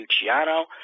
Luciano